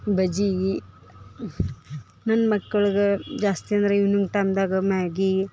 ಬಜ್ಜಿಗಿ ನನ್ನ ಮಕ್ಳಗೆ ಜಾಸ್ತಿ ಅಂದ್ರ ಈವ್ನಿಂಗ್ ಟೈಮ್ದಾಗ ಮ್ಯಾಗಿ